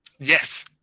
yes